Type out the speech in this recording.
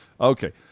Okay